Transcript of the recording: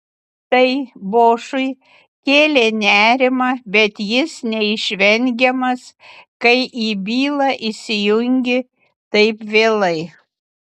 tai bošui kėlė nerimą bet jis neišvengiamas kai į bylą įsijungi taip vėlai